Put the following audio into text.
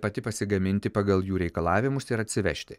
pati pasigaminti pagal jų reikalavimus ir atsivežti